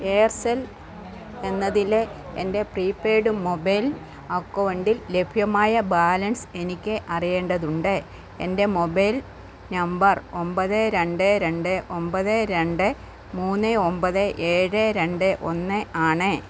Aircel എന്നതിലെ എൻ്റെ prepaid mobile അക്കൗണ്ടിൽ ലഭ്യമായ ബാലൻസ് എനിക്ക് അറിയേണ്ടതുണ്ട് എൻ്റെ മൊബൈൽ നമ്പർ ഒൻപത് രണ്ട് രണ്ട് ഒൻപത് രണ്ട് മൂന്ന് ഒൻപത് ഏഴ് രണ്ട് ഒന്ന് ആണ്